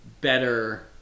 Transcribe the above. better